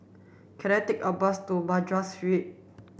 can I take a bus to Madras Street